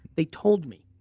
they told me.